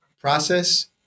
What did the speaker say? process